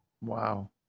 Wow